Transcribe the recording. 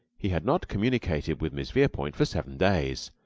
he had not communicated with miss verepoint for seven days,